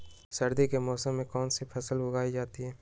सर्दी के मौसम में कौन सी फसल उगाई जाती है?